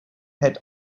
had